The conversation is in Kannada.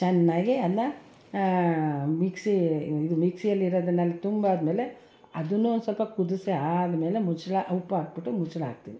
ಚೆನ್ನಾಗಿ ಅದನ್ನ ಮಿಕ್ಸಿ ಇದು ಮಿಕ್ಸಿಯಲ್ಲಿ ಇರೋದನ್ನು ಅಲ್ಲಿ ತುಂಬ ಆದ್ಮೇಲೆ ಅದನ್ನು ಒಂದು ಸ್ವಲ್ಪ ಕುದಿಸಿ ಆದ್ಮೇಲೆ ಮುಚ್ಚಳ ಉಪ್ಪು ಹಾಕ್ಬಿಟ್ಟು ಮುಚ್ಚಳ ಹಾಕ್ತೀನಿ